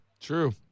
True